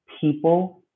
people